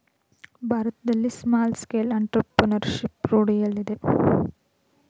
ಭಾರತದಲ್ಲಿ small scale entrepreneurship ರೂಢಿಯಲ್ಲಿದೆ